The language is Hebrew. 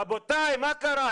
רבותיי, מה קרה?